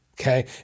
Okay